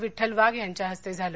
विठ्ठल वाघ यांच्या हस्ते झालं